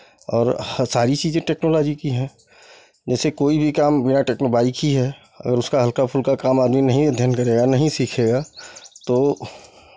और सारी चीज़ें टेक्नोलॉजी की है जैसे कोई भी काम बिना टेक बाइक ही है अगर उसका हल्का फुल्का काम आदमी नहीं अध्ययन करेगा नहीं सीखेगा तो